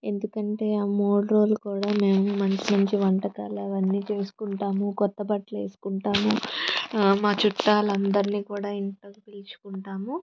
ఎందుకంటే ఆ మూడు రోజులు కూడా మేము మంచి మంచి వంటకాలు అవన్నీ చేసుకుంటాము కొత్త బట్టలు వేసుకుంటాము మా చుట్టాలు అందరిని కూడా ఇంట్లో పిలుచుకుంటాము